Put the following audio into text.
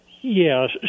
Yes